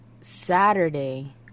Saturday